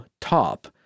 top